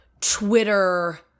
twitter